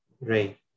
Right